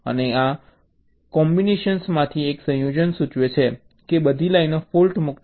અને આ કોમ્બિનેશન્સમાંથી એક સંયોજન સૂચવે છે કે બધી લાઇનો ફૉલ્ટ મુક્ત છે